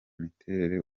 miterere